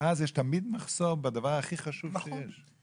ואז תמיד יש מחסור בדבר הכי חשוב שיש.